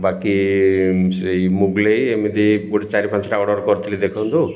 ବାକି ସେଇ ମୋଗଲେଇ ଏମିତି ଗୋଟେ ଚାରି ପାଞ୍ଚଟା ଅର୍ଡର୍ କରିଥିଲି ଦେଖନ୍ତୁ